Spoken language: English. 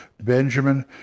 Benjamin